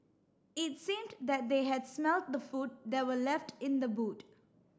it seemed that they had smelt the food that were left in the boot